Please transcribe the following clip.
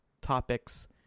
topics